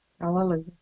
hallelujah